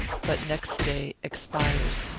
but next day expired.